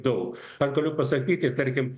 daug aš galiu pasakyti tarkim